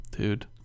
Dude